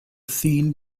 scene